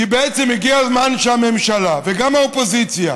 כי בעצם הגיע הזמן שהממשלה וגם האופוזיציה